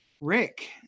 Rick